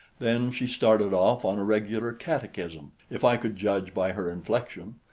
then she started off on a regular catechism, if i could judge by her inflection,